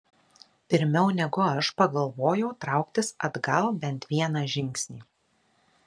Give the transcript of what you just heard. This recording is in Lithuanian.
pirmiau negu aš pagalvojau trauktis atgal bent vieną žingsnį